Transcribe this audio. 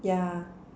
yeah